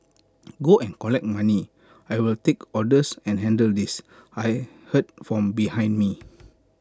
go and collect money I'll take orders and handle this I heard from behind me